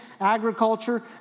agriculture